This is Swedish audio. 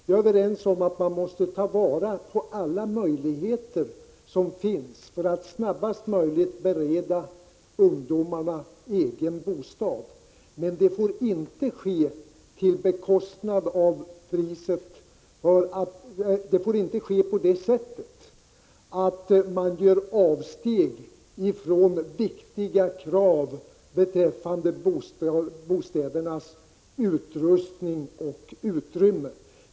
Vi är överens om att man måste ta vara på alla möjligheter för att snarast bereda ungdomarna egen bostad, men detta får inte ske på så sätt att det görs avsteg från viktiga krav när det gäller bostädernas utrustning och utrymmen.